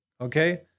Okay